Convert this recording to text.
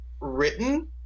written